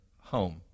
home